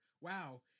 Wow